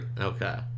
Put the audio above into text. Okay